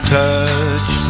touch